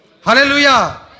Hallelujah